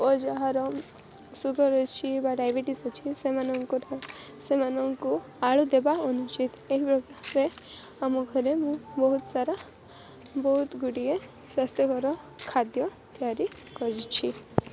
ଓ ଯାହାର ସୁଗାର ଅଛି ବା ଡାଇବେଟିସ୍ ଅଛି ସେମାନଙ୍କର ସେମାନଙ୍କୁ ଆଳୁ ଦେବା ଅନୁଚିତ ଏହି ଉପାୟରେ ଆମ ଘରେ ମୁଁ ବହୁତ ସାରା ବହୁତ ଗୁଡ଼ିଏ ସ୍ୱାସ୍ଥ୍ୟକର ଖାଦ୍ୟ ତିଆରି କରିଛି